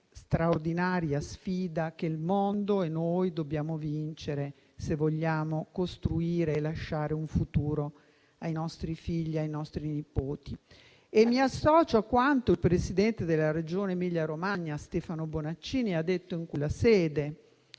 straordinaria sfida che il mondo e noi dobbiamo vincere, se vogliamo costruire un futuro da lasciare ai nostri figli e ai nostri nipoti. Mi associo a quanto il presidente della Regione Emilia-Romagna, Stefano Bonaccini, ha detto in quella